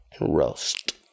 Roast